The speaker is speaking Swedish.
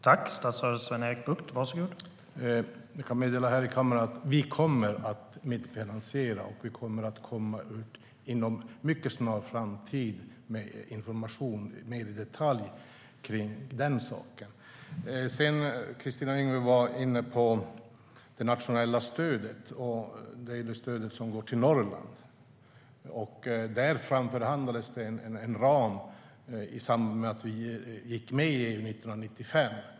Herr talman! Jag kan meddela här i kammaren att vi kommer att medfinansiera. Inom en mycket snar framtid kommer vi att ge information om den saken mer i detalj. Kristina Yngwe var inne på det nationella stödet till Norrland, där en ram framförhandlades i samband med att vi gick med i EU 1995.